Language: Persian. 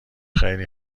خیلی